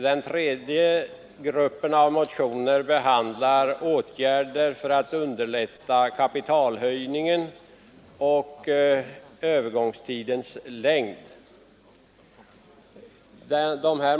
Den tredje gruppen av motioner behandlar åtgärder för att underlätta kapitalhöjningen samt övergångstidens längd.